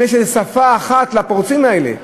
אם יש שפה אחת לפורצים האלה.